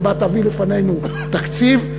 שבה תביא לפנינו תקציב,